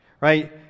right